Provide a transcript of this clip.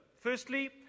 Firstly